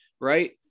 right